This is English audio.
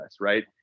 right